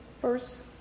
first